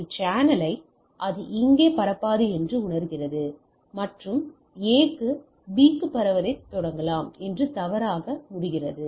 ஒரு சேனலை அது இங்கே பரப்பாது என்று உணர்கிறது மற்றும் A க்கு B க்கு பரவுவதைத் தொடங்கலாம் என்று தவறாக முடிக்கிறது